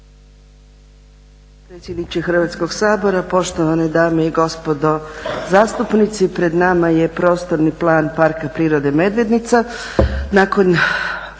Hrvatskog sabora, poštovane dame i gospodo zastupnici. Pred nama je prostorni plan Parka prirode Medvednica.